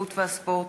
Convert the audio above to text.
התרבות והספורט